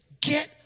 get